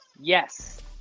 yes